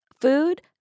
food